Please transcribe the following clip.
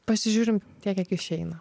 pasižiūrim tiek kiek išeina